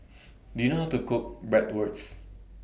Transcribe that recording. Do YOU know How to Cook Bratwurst